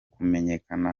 kumenyekana